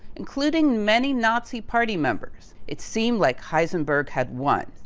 including many nazi party members. it seemed like heisenberg had won.